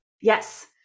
Yes